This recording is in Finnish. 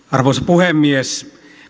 arvoisa puhemies